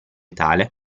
tale